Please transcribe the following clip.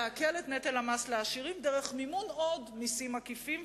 להקל את נטל המס לעשירים דרך מימון עוד מסים עקיפים,